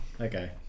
okay